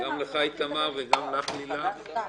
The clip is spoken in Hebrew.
לך איתמר וגם לך לילך.